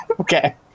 Okay